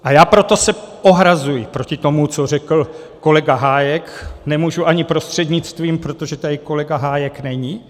A já se proto ohrazuji proti tomu, co řekl kolega Hájek, nemůžu ani prostřednictvím, protože tady kolega Hájek není.